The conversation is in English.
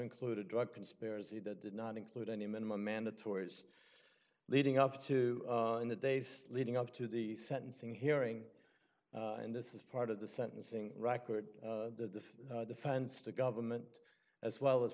included drug conspiracy that did not include any minimum mandatory it's leading up to in the days leading up to the sentencing hearing and this is part of the sentencing record the defense to government as well as